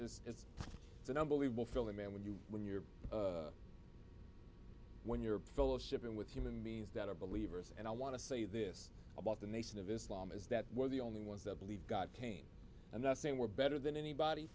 this it's an unbelievable feeling and when you when you're when you're fellowshipping with human means that are believers and i want to say this about the nation of islam is that we're the only ones that believe god came i'm not saying we're better than anybody